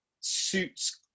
suits